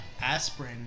aspirin